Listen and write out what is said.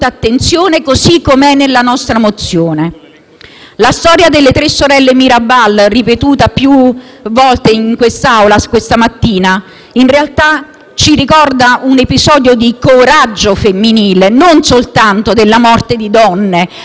La storia delle tre sorelle Mirabal, ripetuta più volte in quest'Aula questa mattina, in realtà ci ricorda un episodio di coraggio femminile, non soltanto della morte di donne, ma un atto di coraggio nel quale loro hanno difeso